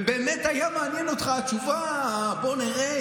ובאמת הייתה מעניינת אותך התשובה: בוא נראה,